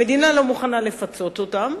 המדינה לא מוכנה לפצות אותם,